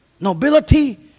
Nobility